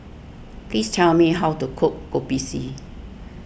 please tell me how to cook Kopi C